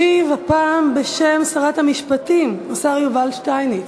ישיב, הפעם בשם שרת המשפטים, השר יובל שטייניץ.